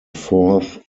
fourth